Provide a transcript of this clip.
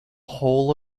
whole